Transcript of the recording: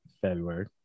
February